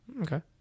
okay